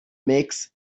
makes